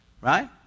Right